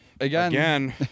Again